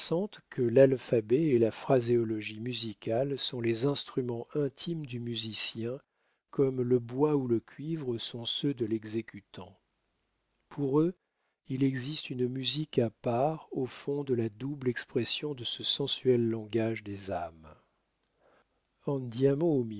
que l'alphabet et la phraséologie musicale sont les instruments intimes du musicien comme le bois ou le cuivre sont ceux de l'exécutant pour eux il existe une musique à part au fond de la double expression de ce sensuel langage des âmes